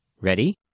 Ready